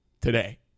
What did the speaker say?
today